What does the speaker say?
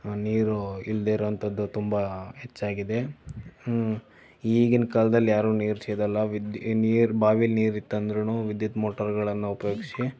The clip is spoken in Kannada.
ನೀರು ಇಲ್ಲದೆ ಇರುವಂಥದ್ದು ತುಂಬ ಹೆಚ್ಚಾಗಿದೆ ಈಗಿನ ಕಾಲದಲ್ಲಿ ಯಾರೂ ನೀರು ಸೇದಲ್ಲ ವಿದ್ ನೀರು ಬಾವೀಲಿ ನೀರು ಇತ್ತಂದ್ರೂ ವಿದ್ಯುತ್ ಮೋಟಾರ್ಗಳನ್ನು ಉಪಯೋಗಿಸಿ